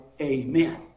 Amen